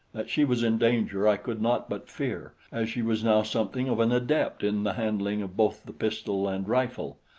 that she was in danger i could not but fear, as she was now something of an adept in the handling of both the pistol and rifle,